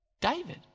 David